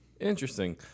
Interesting